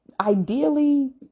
Ideally